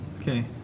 Okay